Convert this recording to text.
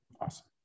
Awesome